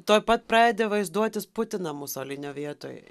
tuoj pat pradedi vaizduotis putiną musolinio vietoj